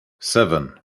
seven